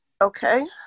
Okay